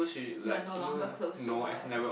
you are no longer close to her